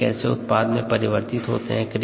यह कैसे उत्पाद में परिवर्तित होते हैं